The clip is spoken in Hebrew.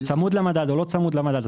צמוד למדד או לא צמוד למדד.